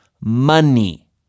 money